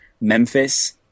Memphis